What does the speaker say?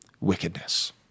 wickedness